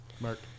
Mark